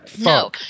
No